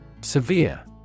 Severe